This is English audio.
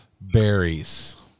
berries